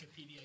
Wikipedia